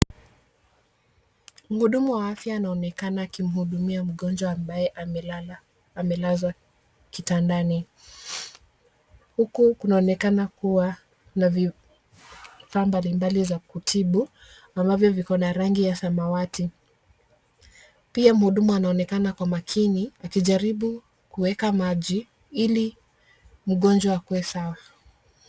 Mhudumu wa afya anaonekana akimhudumia mgonjwa ambaye amelala, amelazwa kitandani. Huku kunaonekana kuwa na vifaa mbalimbali za kutibu, ambavyo viko na rangi ya samawati. Pia mhudumu anaonekana kwa makini akijaribu kuweka maji ili mgonjwa akue sawa.